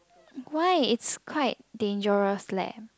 why is quite dangerous leh